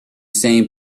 same